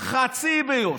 חצי ביושר.